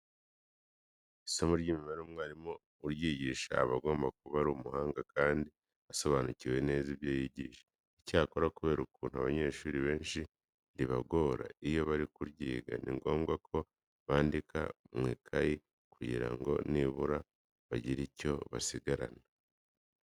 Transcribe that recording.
Isomo ry'imibare umwarimu uryigisha aba agomba kuba ari umuhanga kandi asobanukiwe neza ibyo yigisha. Icyakora kubera ukuntu abanyeshuri benshi ribagora iyo bari kuryiga, ni ngombwa ko bandika mu ikayi kugira ngo nibura bagire icyo basigarana.